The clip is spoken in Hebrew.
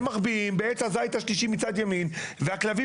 הם מחביאים בעץ הזית השלישי מצד ימין והכלבים